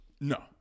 No